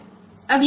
અને આ બધા 1 છે